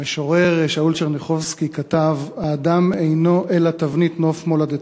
המשורר שאול טשרניחובסקי כתב: "האדם אינו אלא תבנית נוף מולדתו".